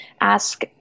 ask